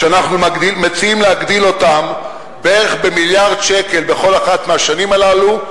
שאנחנו מציעים להגדיל אותם בערך במיליארד שקל בכל אחת מהשנים הללו,